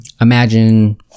Imagine